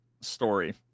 story